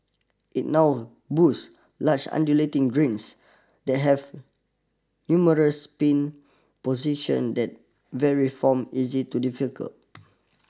it now boost large undulating greens that have numerous pin position that vary form easy to difficult